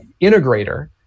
integrator